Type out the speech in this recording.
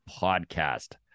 Podcast